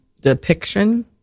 depiction